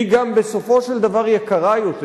היא גם בסופו של דבר יקרה יותר.